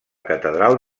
catedral